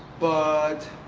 but.